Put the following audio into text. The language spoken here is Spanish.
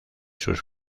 sus